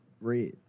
Red